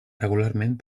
regularment